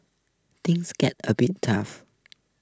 things get a bit tough